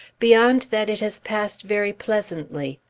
beyond that it has passed very pleasantly.